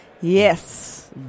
Yes